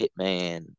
Hitman